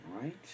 right